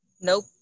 Nope